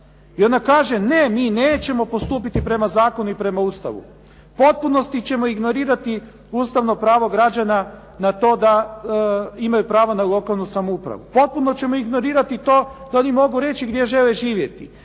I ona kaže ne, mi nećemo postupiti prema zakonu i prema Ustavu. U potpunosti ćemo ignorirati ustavno pravo građana na to da imaj pravo na lokalnu samoupravu. Potpuno ćemo ignorirati to da oni mogu reći gdje žele živjeti